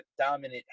dominant